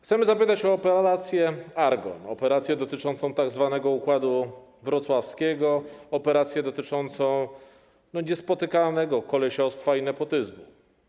Chcemy zapytać o operację „Argon”, operację dotyczącą tzw. układu wrocławskiego, operację dotyczącą niespotykanego kolesiostwa i nepotyzmu.